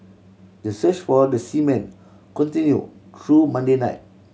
the search for the seamen continue through Monday night